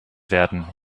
werden